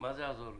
מה זה יעזור לי?